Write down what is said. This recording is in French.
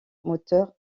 moteur